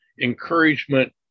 encouragement